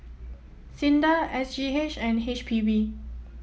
SINDA S G H and H P B